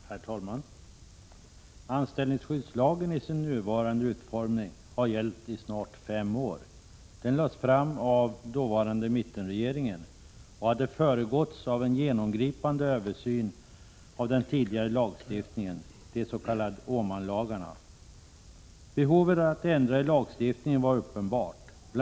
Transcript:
Herr talman! Anställningsskyddslagen har i sin nuvarande utformning gällt i snart fem år. Den lades fram av den dåvarande mittenregeringen och hade föregåtts av en genomgripande översyn av den tidigare lagstiftningen, de s.k. Åmanlagarna. Behovet av en ändring i lagstiftningen var uppenbart. Bl.